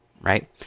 right